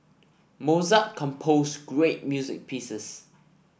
Mozart composed great music pieces